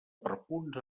perfums